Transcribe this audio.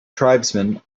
tribesmen